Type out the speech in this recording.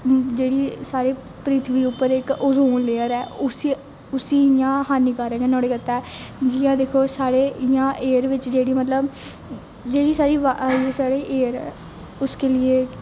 जेहड़ी साढ़ी पृथ्वी उप्पर इक अयोन लेयर ऐ उसी इयां हानीकारक ऐ नुआढ़े गित्तै जियां दिक्खो साढ़े जियां एयर बिच जेहड़ी मतलब जेहड़ी साढ़ी एयर उसके लेई